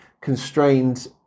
constrained